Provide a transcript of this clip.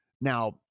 Now